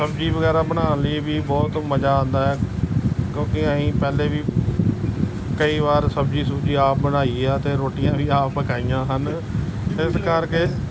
ਸਬਜ਼ੀ ਵਗੈਰਾ ਬਣਾਉਣ ਲਈ ਵੀ ਬਹੁਤ ਮਜ਼ਾ ਆਉਂਦਾ ਹੈ ਕਿਉਂਕਿ ਅਸੀਂ ਪਹਿਲੇ ਵੀ ਕਈ ਵਾਰ ਸਬਜ਼ੀ ਸੁਬਜ਼ੀ ਆਪ ਬਣਾਈ ਆ ਅਤੇ ਰੋਟੀਆਂ ਵੀ ਆਪ ਪਕਾਈਆਂ ਹਨ ਇਸ ਕਰਕੇ